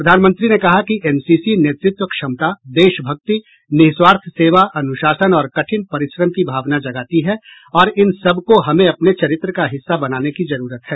प्रधानमंत्री ने कहा कि एनसीसी नेतृत्व क्षमता देशभक्ति निस्वार्थ सेवा अनुशासन और कठिन परिश्रम की भावना जगाती है और इन सबको हमें अपने चरित्र का हिस्सा बनाने की जरूरत है